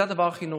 זה הדבר הכי נורא,